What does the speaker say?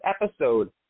episode